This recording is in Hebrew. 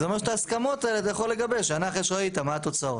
זה אומר שאת ההסכמות האלה אתה יכול לגבש שנה אחרי שראית מה התוצאות.